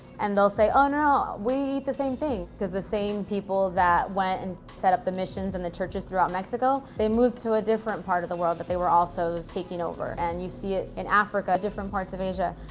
and they'll say, oh, no, we eat the same thing, because the same people that went and set up the missions and the churches throughout mexico, they moved to a different part of the world that they were also taking over, and you see it in africa, different parts of asia.